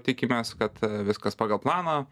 tikimės kad viskas pagal planą